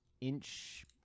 inch